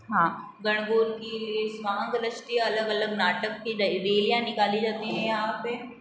हाँ गणगौर कि एक स्वांग रचती है अलग अलग नाटक रैलियाँ निकाली जाती हैं यहाँ पे